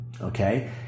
okay